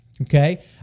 okay